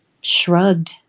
Shrugged